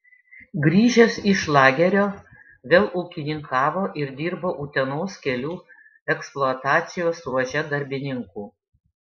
grįžęs iš lagerio vėl ūkininkavo ir dirbo utenos kelių eksploatacijos ruože darbininku